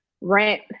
rent